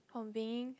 conveying